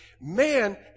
Man